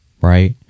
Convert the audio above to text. Right